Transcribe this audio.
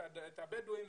את הבדואים,